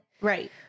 Right